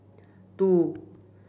two